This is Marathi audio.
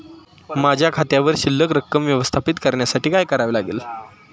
माझ्या खात्यावर शिल्लक रक्कम व्यवस्थापित करण्यासाठी काय करावे लागेल?